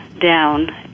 down